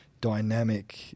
dynamic